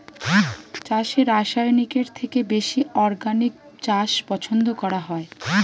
চাষে রাসায়নিকের থেকে বেশি অর্গানিক চাষ পছন্দ করা হয়